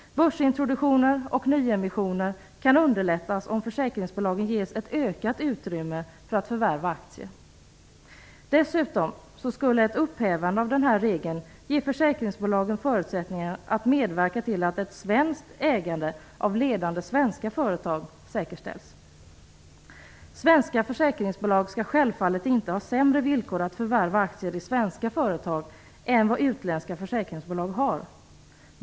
Börsintroduktioner och nyemissioner kan underlättas om försäkringsbolagen ges ett ökat utrymme för att förvärva aktier. Dessutom skulle ett upphävande av denna regel ge försäkringsbolagen förutsättningar att medverka till att ett svenskt ägande av ledande svenska företag säkerställs. Svenska försäkringsbolag skall självfallet inte ha sämre villkor för att förvärva aktier i svenska företag än vad utländska försäkringsbolag har.